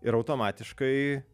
ir automatiškai